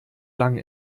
lang